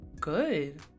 good